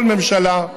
כל ממשלה,